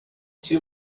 two